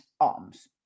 arms